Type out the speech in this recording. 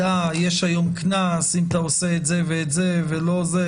"דע יש היום קנס אם אתה עושה את זה ואת זה ולא את זה,